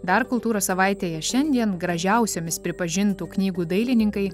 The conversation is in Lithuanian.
dar kultūros savaitėje šiandien gražiausiomis pripažintų knygų dailininkai